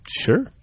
Sure